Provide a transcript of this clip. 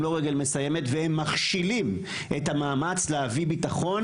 הם לא "רגל מסיימת" והם מכשילים את המאמץ להביא ביטחון